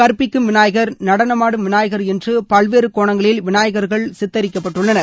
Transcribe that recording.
கற்பிக்கும் விநாயகர் நடனமாடும் விநாயகர் என்று பல்வேறு கோணங்களில் விநாயகர் சித்தரிக்கப்பட்டுள்ளார்